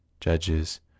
judges